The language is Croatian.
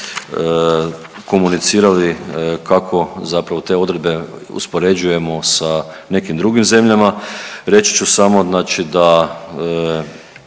komunicirali kako zapravo te odredbe uspoređujemo sa nekim drugim zemljama. Reći ću samo da